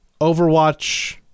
Overwatch